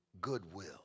goodwill